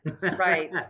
Right